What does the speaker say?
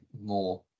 more